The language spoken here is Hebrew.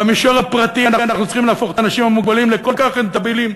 במישור הפרטי אנחנו צריכים להפוך את האנשים המוגבלים לכל כך רנטביליים,